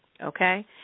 okay